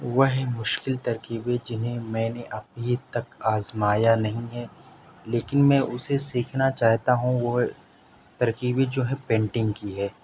وہ مشکل ترکیبیں جنہیں میں نے ابھی تک آزمایا نہیں ہے لیکن میں اسے سیکھنا چاہتا ہوں وہ ترکیبیں جو ہیں پینٹنگ کی ہے